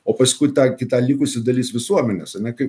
o paskui tą kitą likusi dalis visuomenės ane kaip